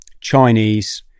chinese